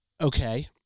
okay